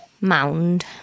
mound